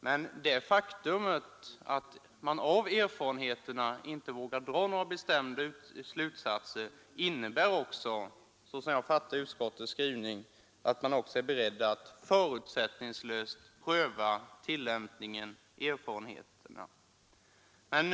Men det faktum att man av erfarenheterna inte vågar dra några bestämda slutsatser innebär, som jag fattar utskottets skrivning, att man också är beredd att förutsättningslöst pröva erfarenheterna från den tid lagen varit i tillämpning.